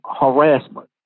harassment